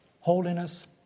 holiness